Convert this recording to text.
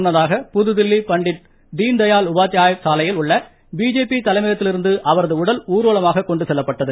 முன்னதாக புதுதில்லி பண்டித் தீன்தயாள் உபாத்யாய் சாலையில் உள்ள பிஜேபி தலைமையகத்திலிருந்து அவரது உடல் ஊர்வலமாக கொண்டு செல்லப்பட்டது